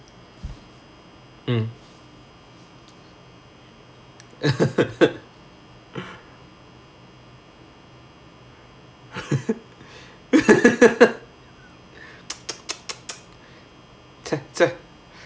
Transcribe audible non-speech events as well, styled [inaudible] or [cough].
mm [laughs] [noise]